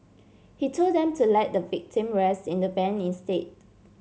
he told them to let the victim rest in the van instead